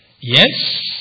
Yes